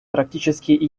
практически